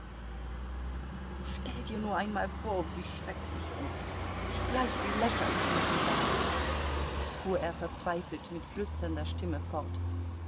stell dir nur einmal vor wie schrecklich und zugleich wie lächerlich meine lage ist fuhr er verzweifelt mit flüsternder stimme fort